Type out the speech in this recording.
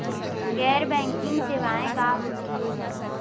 गैर बैंकिंग सेवाएं का होथे?